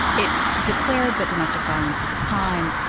it declared that domestic violence was a crime,